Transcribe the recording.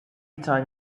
time